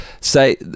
say